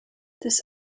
this